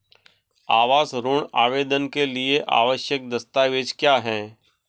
आवास ऋण आवेदन के लिए आवश्यक दस्तावेज़ क्या हैं?